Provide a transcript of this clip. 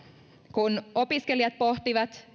opiskelijat pohtivat